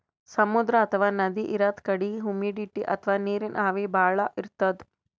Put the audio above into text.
ಸಮುದ್ರ ಅಥವಾ ನದಿ ಇರದ್ ಕಡಿ ಹುಮಿಡಿಟಿ ಅಥವಾ ನೀರಿನ್ ಆವಿ ಭಾಳ್ ಇರ್ತದ್